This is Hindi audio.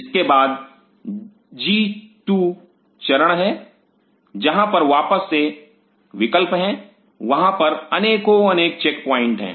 इसके बाद जी2 चरण है जहां पर वापस से विकल्प हैं वहां पर अनेकों अनेक चेक प्वाइंट हैं